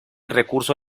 recurso